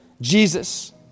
Jesus